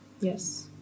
Yes